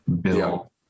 bill